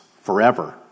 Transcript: forever